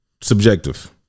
subjective